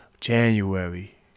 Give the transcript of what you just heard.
January